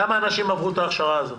כמה אנשים עברו את ההכשרה הזאת?